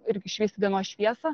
irgi išvysti dienos šviesą